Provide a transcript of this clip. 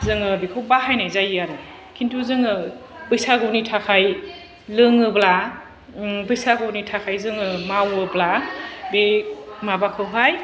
जोङो बेखौ बाहायनाय जायो आरो खिन्थु जोङो बैसागुनि थाखाय लोङोब्ला ओम बैसागुनि थाखाय जोङो मावोब्ला बे माबाखौहाय